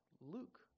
Luke